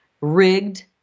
rigged